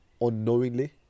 unknowingly